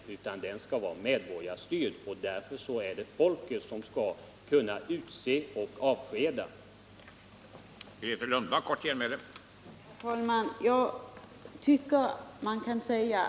Länsförvaltningen skall vara medborgarstyrd, då är det folket i regionen som skall kunna utse och avskeda dess ledamöter i allmänna val.